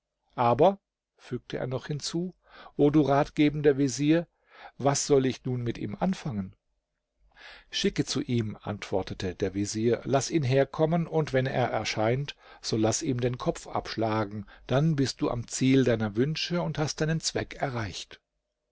aber fügte er noch hinzu o du ratgebender vezier was soll ich nun mit ihm anfangen schicke zu ihm antwortete der vezier laß ihn herkommen und wenn er erscheint so laß ihm den kopf abschlagen dann bist du am ziel deiner wünsche und hast deinen zweck erreicht